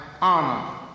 honor